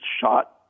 shot